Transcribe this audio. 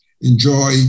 enjoy